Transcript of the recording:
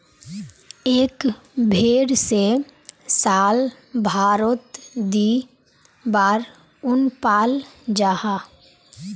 एक भेर से साल भारोत दी बार उन पाल जाहा